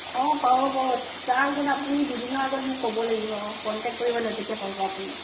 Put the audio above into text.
অ' পাব পাব তাৰ আগত আপুনি দুদিনৰ আগত মোক ক'ব লাগিব কণ্টেক্ট কৰিব লাগিব তেতিয়া পাব আপুনি